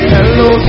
Hello